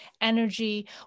energy